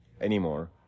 anymore